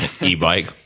e-bike